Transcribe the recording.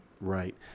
Right